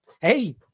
Hey